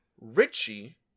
Richie